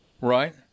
right